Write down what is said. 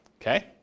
Okay